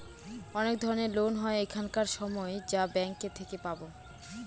অনেক ধরনের লোন হয় এখানকার সময় যা ব্যাঙ্কে থেকে পাবো